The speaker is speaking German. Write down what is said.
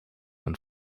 und